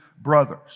brothers